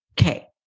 Okay